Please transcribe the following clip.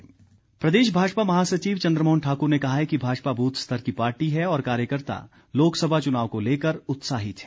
भाजपा प्रदेश भाजपा महासचिव चंद्रमोहन ठाकुर ने कहा है कि भाजपा बूथ स्तर की पार्टी है और कार्यकर्ता लोकसभा चुनाव को लेकर उत्साहित हैं